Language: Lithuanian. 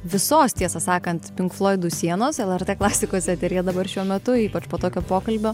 visos tiesą sakant pink floidų sienos lrt klasikos eteryje dabar šiuo metu ypač po tokio pokalbio